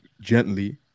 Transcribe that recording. gently